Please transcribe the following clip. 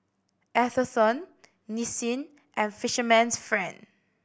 Atherton Nissin and Fisherman's Friend